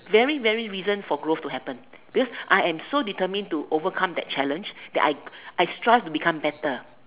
very very reason for growth to happen because I am so determined to overcome that challenge that I I strive to become better